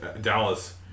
Dallas